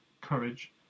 courage